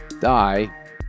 die